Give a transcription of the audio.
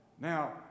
Now